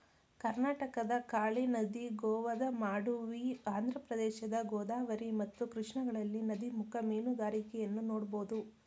ಕರ್ನಾಟಕದ ಕಾಳಿ ನದಿ, ಗೋವಾದ ಮಾಂಡೋವಿ, ಆಂಧ್ರಪ್ರದೇಶದ ಗೋದಾವರಿ ಮತ್ತು ಕೃಷ್ಣಗಳಲ್ಲಿ ನದಿಮುಖ ಮೀನುಗಾರಿಕೆಯನ್ನು ನೋಡ್ಬೋದು